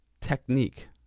technique